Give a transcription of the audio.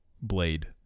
blade